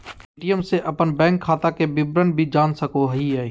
ATM से अपन bank खाता के विवरण भी जान सको हिये